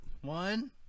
one